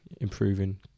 improving